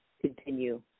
Continue